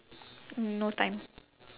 no time